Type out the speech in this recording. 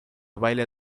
baile